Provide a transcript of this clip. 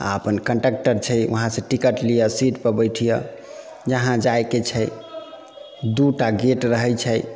आओर अपन कन्डक्टर छै उहाँसँ टिकट लिअ सीटपर बैठियऽ इहाँ जाइके छै दू टा गेट रहै छै